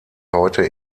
heute